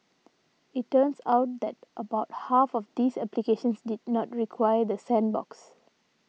it turns out that about half of these applications did not require the sandbox